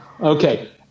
okay